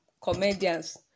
comedians